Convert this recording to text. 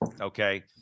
okay